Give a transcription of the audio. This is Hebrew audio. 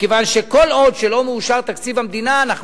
מכיוון שכל עוד לא מאושר תקציב המדינה אנחנו